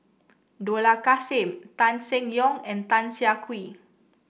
Dollah Kassim Tan Seng Yong and Tan Siah Kwee